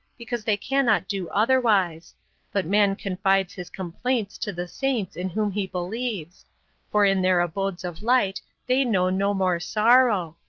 because they cannot do otherwise but man confides his complaints to the saints in whom he believes for in their abodes of light they know no more sorrow.